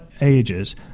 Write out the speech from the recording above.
ages